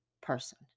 person